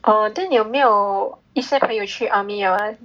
oh then 有没有一些朋友去 army or what